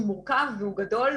הוא מורכב וגדול,